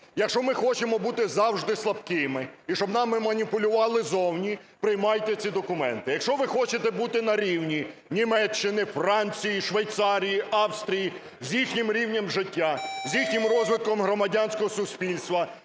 Якщо ми хочемо бути завжди слабкими і щоб нами маніпулювали зовні, приймайте ці документи. Якщо ви хочете бути на рівні Німеччини, Франції, Швейцарії, Австрії з їхнім рівнем життя, з їхнім розвитком громадянського суспільства,